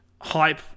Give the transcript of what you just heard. hype